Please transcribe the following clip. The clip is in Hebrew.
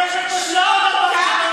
אני, שלמה קרעי,